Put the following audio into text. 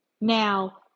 Now